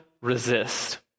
resist